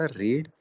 read